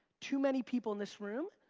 too many people in this room,